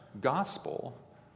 Gospel